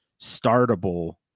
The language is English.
startable